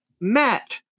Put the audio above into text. Matt